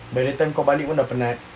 time kau balik pun dah penat